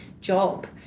job